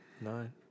Nine